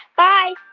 bye